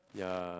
yeah